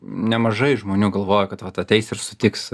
nemažai žmonių galvoja kad vat ateis ir sutiks